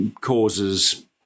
causes